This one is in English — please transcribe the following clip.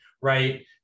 right